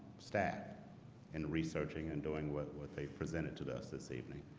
staff in researching and doing what what they present it to to us this evening